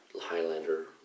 Highlander